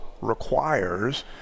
requires